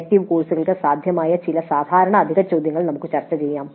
elective കോഴ്സുകൾക്ക് സാധ്യമായ ചില സാധാരണ അധിക ചോദ്യങ്ങൾ നമുക്ക് ചർച്ചചെയ്യാം